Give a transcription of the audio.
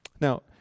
Now